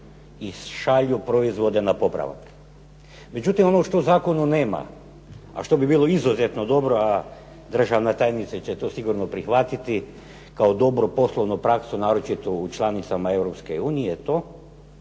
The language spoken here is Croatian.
i šalju proizvode na popravak. Međutim, ono što u zakonu nema, a što bi bilo izuzetno dobro, a državna tajnica će to sigurno prihvatiti kao dobru poslovnu praksu naročito u članicama Europske